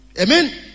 Amen